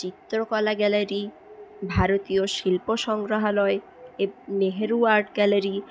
চিত্রকলা গ্যালারি ভারতীয় শিল্প সংগ্রহালয় নেহরু আর্ট গ্যালারি